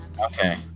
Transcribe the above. Okay